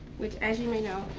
which, as you may know,